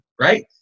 right